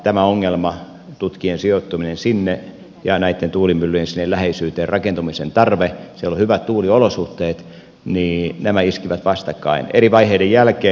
tämä ongelma tutkien sijoittuminen sinne ja näitten tuulimyllyjen sinne läheisyyteen rakentamisen tarve siellä on hyvät tuuliolosuhteet iskivät vastakkain eri vaiheiden jälkeen